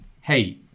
hey